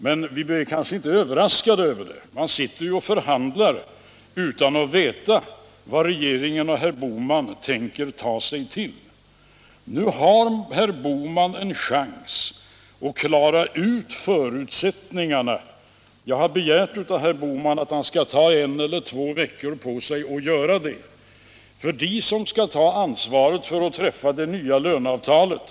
Men vi blev kanske inte överraskade; man sitter ju och förhandlar utan att veta vad regeringen och herr Bohman tänker ta sig till. Nu har herr Bohman en chans att klara ut förutsättningarna — jag har begärt att han skall ta en vecka eller två på sig för att göra det - för dem som skall ta ansvaret att träffa det nya löneavtalet.